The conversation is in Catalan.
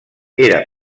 era